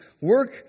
Work